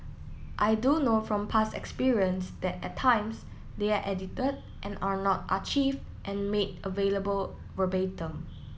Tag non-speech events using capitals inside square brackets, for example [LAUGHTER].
I do know from past experience that at times they are edited and are not [UNINTELLIGIBLE] and made available verbatim